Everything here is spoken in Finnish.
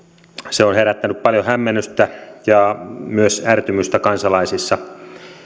se on herättänyt paljon hämmennystä ja myös ärtymystä kansalaisissa